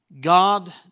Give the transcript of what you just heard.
God